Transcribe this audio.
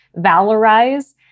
valorize